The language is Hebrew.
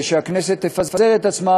ושהכנסת תפזר את עצמה,